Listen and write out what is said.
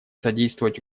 содействовать